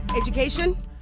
Education